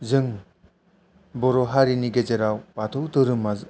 जों बर' हारिनि गेजेराव बाथौ धोरोमा